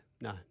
no